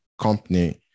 company